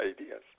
ideas